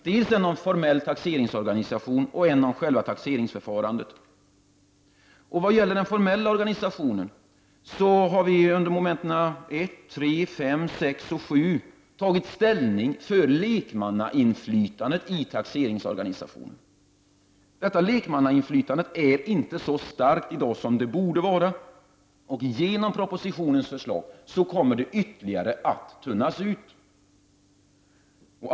Det gäller dels en formell taxeringsorganisation, dels en som avser själva taxeringsförfarandet. Vad beträffar den formella organisationen har vi under momenten 1, 3, 5, 6 och 7 tagit ställning för lekmannainflytandet i taxeringsorganisationen. Detta lekmannainflytande är inte så starkt i dag som det borde vara. Om förslaget i propositionen antas kommer inflytandet att tunnas ut ytterligare.